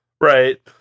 right